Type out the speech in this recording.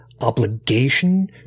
obligation